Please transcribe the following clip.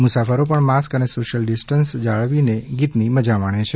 મુસાફરો પણ માસ્ક અને સોશિયલ ડિસ્ટન્સ જાળવીને ગીતને માણે છે